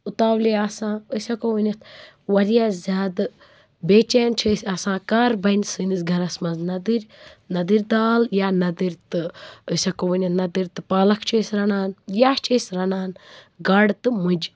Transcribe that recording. اُتاولے آسان أسۍ ہٮ۪کو ؤنِتھ واریاہ زیادٕ بے چین چھِ أسۍ آسان کَر بَنہِ سٲنِس گَرس منٛز نَدٕرۍ نَدٕرۍ دال یا نَدٕرۍ تہٕ أسۍ ہٮ۪کو ؤنِتھ نَدٕرۍ تہٕ پالکھ چھِ أسۍ رَنان یا چھِ أسۍ رَنان گاڈٕ تہٕ مُجہِ